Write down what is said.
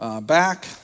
back